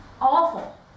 awful